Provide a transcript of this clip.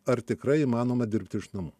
ar tikrai įmanoma dirbti iš namų